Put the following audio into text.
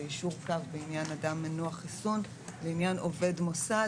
זה יישור קו בעניין אדם מנוע חיסון לעניין עובד מוסד,